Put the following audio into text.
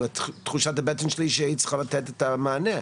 תחושת הבטן שלי שהיא צריכה לתת את המענה,